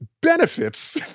benefits